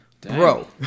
bro